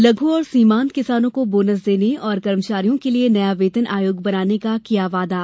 लघु और सीमान्त किसानों को बोनस देने और कर्मचारियों के लिए नया वेतन आयोग बनाने का किया वादा